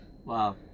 Wow